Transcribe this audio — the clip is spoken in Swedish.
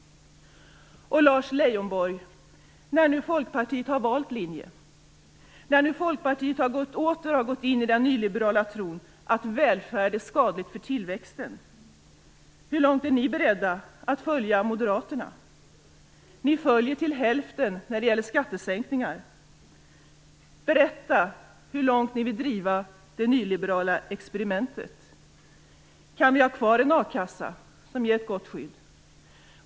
Lars Leijonborg: När nu Folkpartiet har valt linje och åter har gått in i den nyliberala tron på att välfärd är skadligt för tillväxten, hur långt är ni beredda att följa moderaterna? Ni följer dem till hälften när det gäller skattesänkningar. Berätta hur långt ni vill driva det nyliberala experimentet. Kan vi ha kvar en a-kassa som ger ett gott skydd?